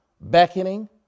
beckoning